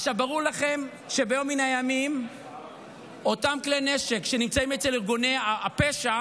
ברור לכם שביום מן הימים אותם כלי נשק שנמצאים אצל ארגוני הפשע